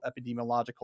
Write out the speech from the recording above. epidemiological